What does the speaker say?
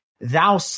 thou